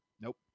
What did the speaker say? Nope